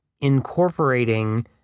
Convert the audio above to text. incorporating